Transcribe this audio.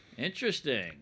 Interesting